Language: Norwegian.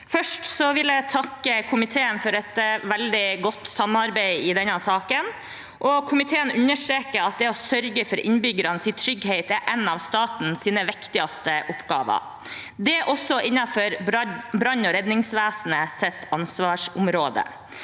Først vil jeg takke komiteen for et veldig godt samarbeid i denne saken. Komiteen understreker at det å sørge for innbyggernes trygghet er en av statens viktigste oppgaver. Det er også innenfor brann- og redningsvesenets ansvarsområde.